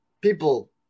people